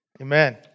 Amen